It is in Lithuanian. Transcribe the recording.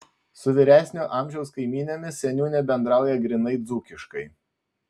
su vyresnio amžiaus kaimynėmis seniūnė bendrauja grynai dzūkiškai